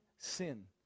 Sin